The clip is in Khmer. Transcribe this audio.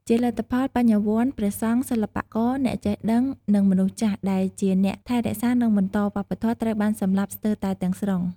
ជាលទ្ធផល បញ្ញវន្ត ព្រះសង្ឃ សិល្បករ អ្នកចេះដឹង និងមនុស្សចាស់ ដែលជាអ្នកថែរក្សា និងបន្តវប្បធម៌ ត្រូវបានសម្លាប់ស្ទើរតែទាំងស្រុង។